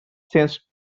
sense